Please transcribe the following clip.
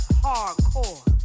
hardcore